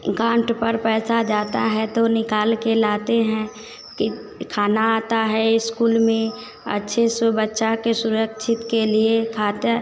account पर पैसा जाता है तो निकालकर लाते हैं कि खाना आता है इस्कूल में अच्छे से बच्चे की सुरक्षा के लिए खाद्य